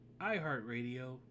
iHeartRadio